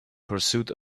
pursuit